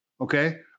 Okay